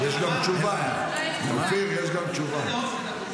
אופיר, יש גם תשובה.